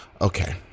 Okay